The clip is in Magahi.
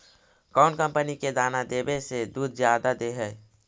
कौन कंपनी के दाना देबए से दुध जादा दे है?